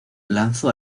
lanzó